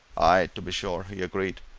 aye, to be sure! he agreed.